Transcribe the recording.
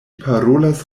parolas